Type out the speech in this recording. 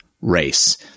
race